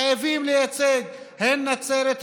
חייבים לייצג הן את נצרת,